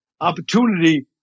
opportunity